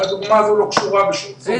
הדוגמה הזו לא קשורה בשום צורה.